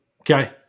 Okay